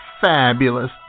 fabulous